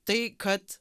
tai kad